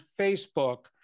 Facebook